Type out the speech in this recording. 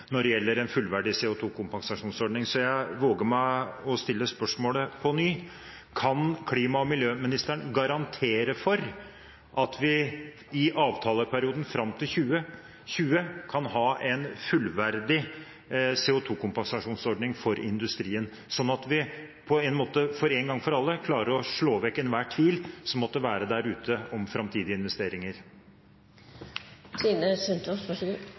når det gjelder en fullverdig CO2-kompensasjonsordning, så jeg våger meg på å stille spørsmålet på ny: Kan klima- og miljøministeren garantere for at vi i avtaleperioden fram til 2020 kan ha en fullverdig CO2-kompensasjonsordning for industrien, sånn at vi en gang for alle klarer å slå vekk enhver tvil som måtte være der ute om framtidige investeringer?